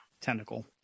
tentacle